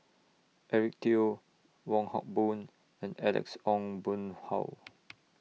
Eric Teo Wong Hock Boon and Alex Ong Boon Hau